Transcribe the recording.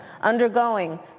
undergoing